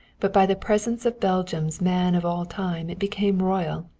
but by the presence of belgium's man of all time it became royal.